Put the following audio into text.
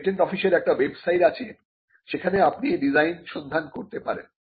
patent অফিসের একটি website আছে সেখানে আপনি এই ডিজাইন সন্ধান করতে পারেন